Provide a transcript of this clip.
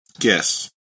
Yes